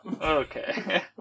Okay